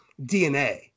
DNA